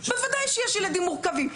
בוודאי שיש ילדים מורכבים,